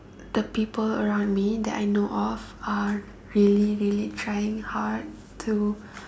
the people around me that I know of are really really trying hard to